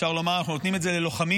אפשר לומר שאנחנו נותנים את זה ללוחמים